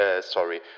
sorry